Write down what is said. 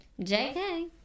JK